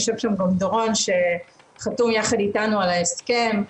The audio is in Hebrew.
יושב שם גם דורון שחתום יחד איתנו על ההסכם,